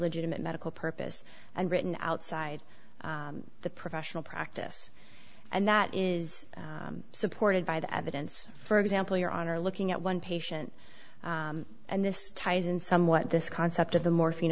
legitimate medical purpose and written outside the professional practice and that is supported by the evidence for example your honor looking at one patient and this ties in somewhat this concept of the morphine